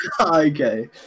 Okay